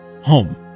home